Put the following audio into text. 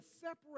separate